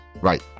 Right